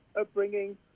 upbringing